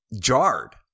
jarred